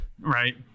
Right